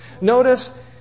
Notice